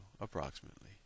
approximately